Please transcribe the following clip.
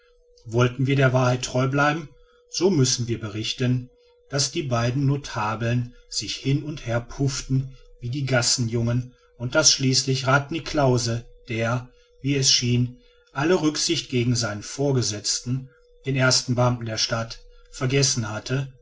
wollen wir der wahrheit treu bleiben so müssen wir berichten daß die beiden notabeln sich hin und herpufften wie die gassenjungen und daß schließlich rath niklausse der wie es schien alle rücksicht gegen seinen vorgesetzten den ersten beamten der stadt vergessen hatte